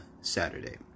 Saturday